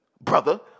brother